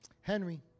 Henry